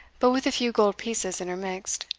but with a few gold pieces intermixed.